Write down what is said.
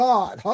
God